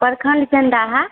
परखण्ड चण्डाहा